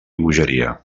bogeria